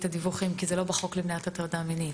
הדיווחים כי זה לא בחוק למניעת הטרדה מינית,